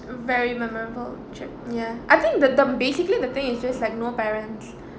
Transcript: very memorable trip ya I think the term basically the thing is just like no parents